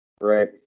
right